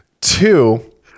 Two